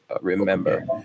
remember